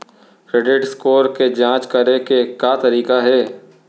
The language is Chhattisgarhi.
क्रेडिट स्कोर के जाँच करे के का तरीका हे?